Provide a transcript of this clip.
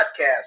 podcast